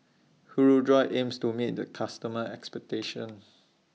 Hirudoid aims to meet its customers' expectations